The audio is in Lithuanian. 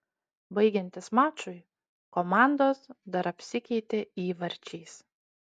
baigiantis mačui komandos dar apsikeitė įvarčiais